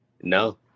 No